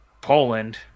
Poland